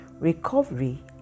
recovery